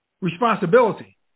responsibility